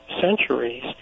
centuries